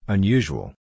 Unusual